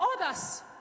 others